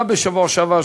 גם בשבוע שעבר,